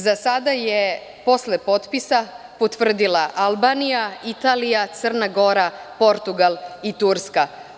Za sada je posle potpisa potvrdila Albanija, Italija, Crna Gora, Portugal i Turska.